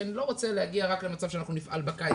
כי אני לא רוצה להגיע רק למצב שאנחנו נפעל בקיץ.